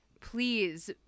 Please